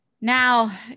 now